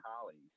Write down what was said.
colleagues